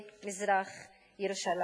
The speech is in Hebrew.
במזרח-ירושלים.